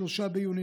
3 ביוני,